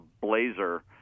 blazer